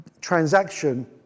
transaction